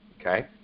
Okay